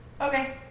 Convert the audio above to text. Okay